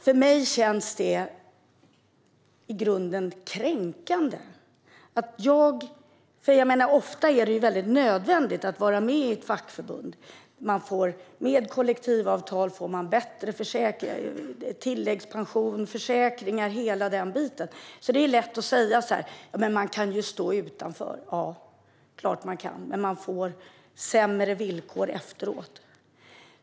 För mig känns det i grunden kränkande. Ofta är det nödvändigt att vara med i ett fackförbund. Med kollektivavtal blir det tilläggspension, försäkringar och så vidare. Det är lätt att säga att man kan stå utanför. Ja, det är klart att man kan, men man får sämre villkor efteråt.